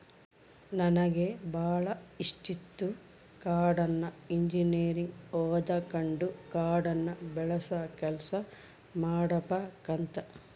ನನಗೆ ಬಾಳ ಇಷ್ಟಿತ್ತು ಕಾಡ್ನ ಇಂಜಿನಿಯರಿಂಗ್ ಓದಕಂಡು ಕಾಡ್ನ ಬೆಳಸ ಕೆಲ್ಸ ಮಾಡಬಕಂತ